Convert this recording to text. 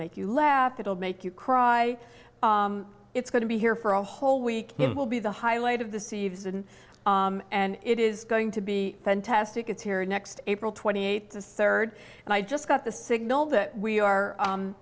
make you laugh it will make you cry it's going to be here for a whole week it will be the highlight of the season and it is going to be fantastic it's here next april twenty eighth us third and i just got the signal that we are